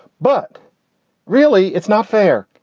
but really, it's not fair.